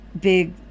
big